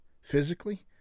physically